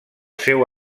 seu